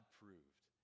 proved